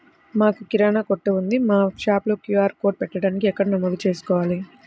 మాకు కిరాణా కొట్టు ఉంది మా షాప్లో క్యూ.ఆర్ కోడ్ పెట్టడానికి ఎక్కడ నమోదు చేసుకోవాలీ?